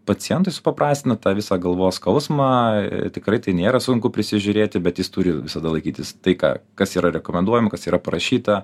pacientui supaprastina tą visą galvos skausmą tikrai tai nėra sunku prisižiūrėti bet jis turi visada laikytis tai ką kas yra rekomenduojama kas yra parašyta